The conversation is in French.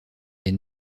est